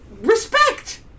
Respect